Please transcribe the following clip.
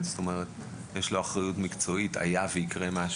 הוא היה מוריד אותם מתחת למים ונותן להם לעשות